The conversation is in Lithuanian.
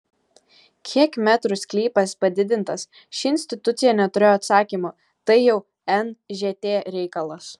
kiek metrų sklypas padidintas ši institucija neturėjo atsakymo tai jau nžt reikalas